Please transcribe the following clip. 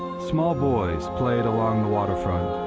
small boys played along the waterfront,